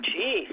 Jeez